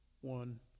one